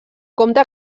compte